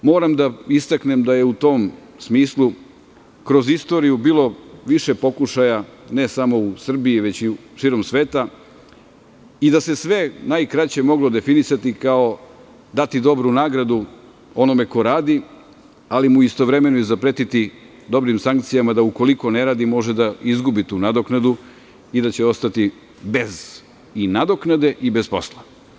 Moram da istaknem da je u tom smislu kroz istoriju bilo više pokušaja, ne samo u Srbiji već i širom sveta i da se sve najkraće moglo definisati kao – dati dobru nagradu onome ko radi, ali mu istovremeno i zapretiti dobrim sankcijama, da ukoliko ne radi može da izgubi tu nadoknadu i da će ostati bez nadoknade i bez posla.